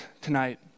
tonight